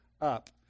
up